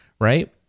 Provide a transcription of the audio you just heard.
right